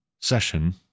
session